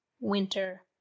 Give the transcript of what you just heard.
winter